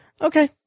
okay